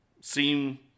seem